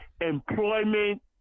employment